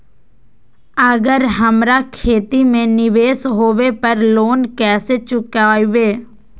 अगर हमरा खेती में निवेस होवे पर लोन कैसे चुकाइबे?